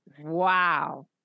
wow